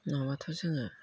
नङाब्लाथ' जोङो